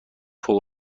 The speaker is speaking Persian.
فوق